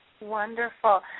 Wonderful